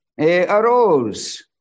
arose